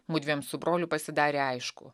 mudviem su broliu pasidarė aišku